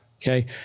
Okay